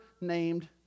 named